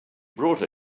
brought